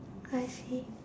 I see